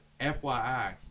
FYI